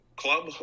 club